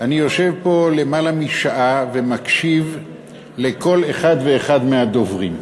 אני יושב פה למעלה משעה ומקשיב לכל אחד ואחד מהדוברים,